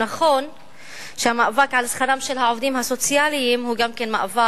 נכון שהמאבק על שכרם של העובדים הסוציאליים הוא גם כן מאבק